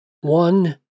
one